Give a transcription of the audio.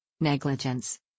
Negligence